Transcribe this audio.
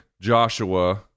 Joshua